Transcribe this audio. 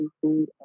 food